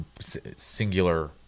singular